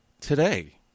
Today